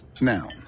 Now